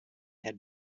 had